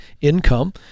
income